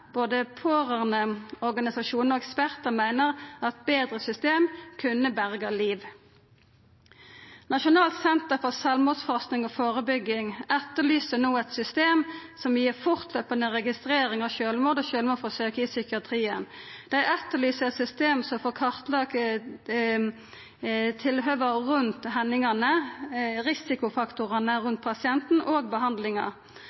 Både pårørandeorganisasjonen og ekspertar meiner at betre system kunna berga liv. Nasjonalt senter for selvmordsforskning og forebygging etterlyser no eit system som gir fortløpande registrering av sjølvmord og sjølvmordsforsøk i psykiatrien. Dei etterlyser eit system som får kartlagt tilhøva rundt hendingane, risikofaktorane